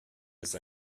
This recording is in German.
ist